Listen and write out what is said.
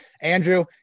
Andrew